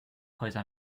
häuser